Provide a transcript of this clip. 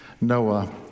Noah